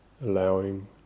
allowing